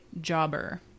jobber